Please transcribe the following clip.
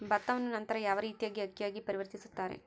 ಭತ್ತವನ್ನ ನಂತರ ಯಾವ ರೇತಿಯಾಗಿ ಅಕ್ಕಿಯಾಗಿ ಪರಿವರ್ತಿಸುತ್ತಾರೆ?